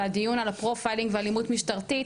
בדיון על הפרופיילינג ואלימות משטרתית,